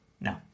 No